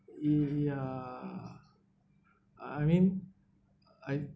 ya I mean I